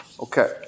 Okay